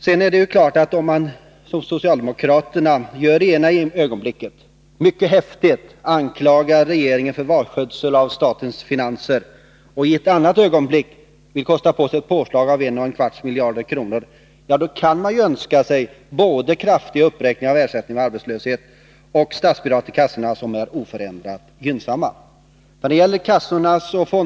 I ena ögonblicket anklagar socialdemokraterna häftigt regeringen för vanskötsel av statens finanser, men i nästa ögonblick vill man kosta på ett påslag på en och en kvarts miljon. Ja, då kan man ju önska sig både en kraftig uppräkning av ersättningen vid arbetslöshet och oförändrade gynnsamma statsbidrag till kassorna.